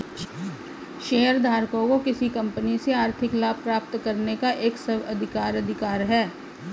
शेयरधारकों को किसी कंपनी से आर्थिक लाभ प्राप्त करने का एक स्व अधिकार अधिकार है